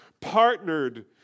partnered